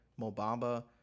Mobamba